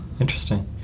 Interesting